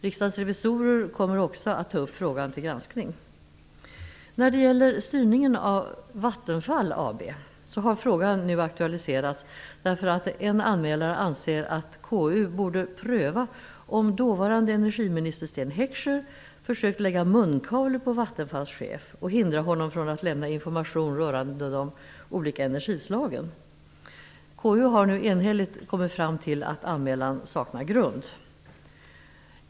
Riksdagens revisorer kommer också att ta upp frågan till granskning. När det gäller styrningen av Vattenfall AB har frågan nu aktualiserats därför att en anmälare anser att konstitutionsutskottet borde pröva om dåvarande energiminister Sten Heckscher försökt lägga munkavle på Vattenfalls chef och hindra honom från att lämna information rörande de olika energislagen. Konstitutionsutskottet har nu enhälligt kommit fram till att anmälan saknar grund.